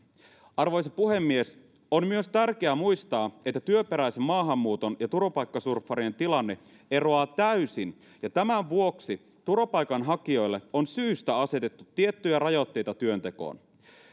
arvoisa puhemies on myös tärkeää muistaa että työperäisen maahanmuuton ja turvapaikkasurffarien tilanteet eroavat täysin ja tämän vuoksi turvapaikanhakijoille on syystä asetettu tiettyjä rajoitteita työntekoon